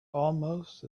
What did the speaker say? almost